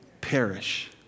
perish